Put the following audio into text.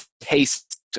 taste